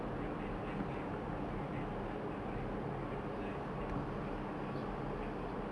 then after that he like fly out from the ally lah then after that like with the pizza in his hand but he very used to prepare costume